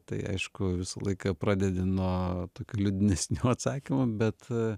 tai aišku visą laiką pradedi nuo liūdnesnių atsakymų bet